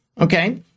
okay